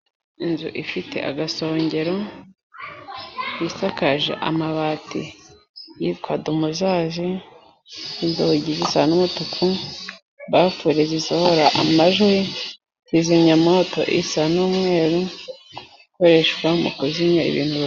Inzu ifite agasongero, isakaje amabati yitwa Dumuzasi, inzugi zisa n'umutuku, bafure zisohora amajwi, kizimyamato isa n'umweru, ikoreshwa mu kuzimya ibintu.